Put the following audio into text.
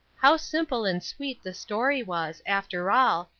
how simple and sweet the story was, after all,